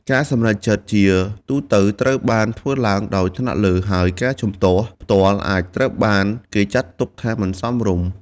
ការសម្រេចចិត្តជាទូទៅត្រូវបានធ្វើឡើងដោយថ្នាក់លើ ហើយការជំទាស់ផ្ទាល់អាចត្រូវបានគេចាត់ទុកថាមិនសមរម្យ។